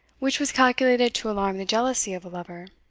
which was calculated to alarm the jealousy of a lover.